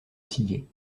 sillé